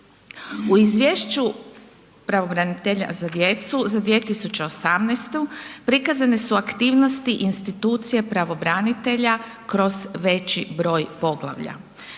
U izviješću pravobranitelja za djecu za 2018. prikazane su aktivnosti institucije pravobranitelja kroz veći broj poglavlja